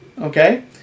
okay